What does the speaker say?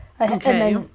Okay